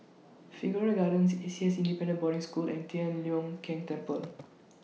Figaro Gardens A C S Independent Boarding School and Tian Leong Keng Temple